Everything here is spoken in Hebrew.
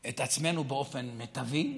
את עצמנו באופן מיטבי,